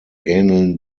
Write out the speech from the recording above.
ähneln